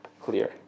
clear